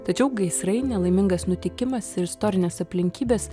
tačiau gaisrai nelaimingas nutikimas ir istorinės aplinkybės